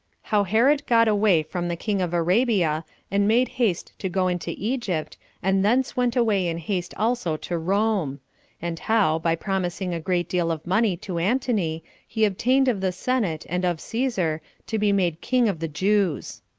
how herod got away from the king of arabia and made haste to go into egypt and thence went away in haste also to rome and how, by promising a great deal of money to antony he obtained of the senate and of caesar to be made king of the jews.